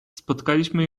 spotkaliśmy